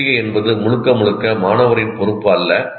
ஒத்திகை என்பது முழுக்க முழுக்க மாணவரின் பொறுப்பு அல்ல